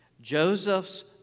Joseph's